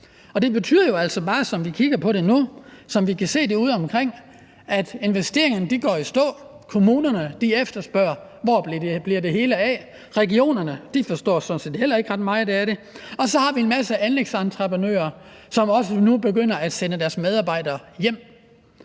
det er udeomkring, at investeringerne går i stå. Kommunerne efterspørger, hvor det hele bliver af, og i regionerne forstår de sådan set heller ikke ret meget af det, og så har vi en masse anlægsentreprenører, som nu også begynder at sende deres medarbejdere hjem.